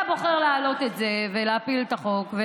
אתה בוחר להעלות את זה ולהפיל את החוק,